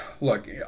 Look